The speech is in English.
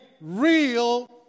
real